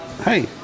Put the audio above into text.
hey